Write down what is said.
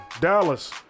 Dallas